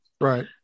Right